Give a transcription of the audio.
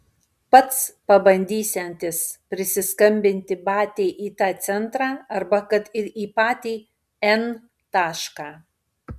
pats pabandysiantis prisiskambinti batiai į tą centrą arba kad ir į patį n tašką